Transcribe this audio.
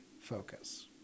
focus